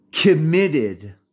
committed